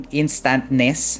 instantness